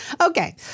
Okay